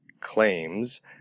claims